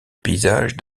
paysage